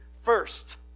first